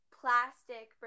plastic